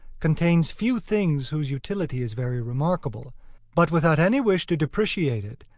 contains few things whose utility is very remarkable but without any wish to depreciate it,